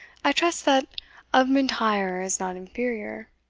i trust that of mlntyre is not inferior.